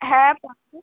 হ্যাঁ আছে